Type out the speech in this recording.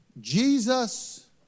Jesus